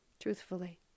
truthfully